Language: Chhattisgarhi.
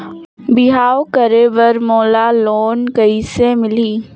बिहाव करे बर मोला लोन कइसे मिलही?